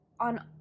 on